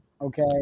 okay